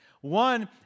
One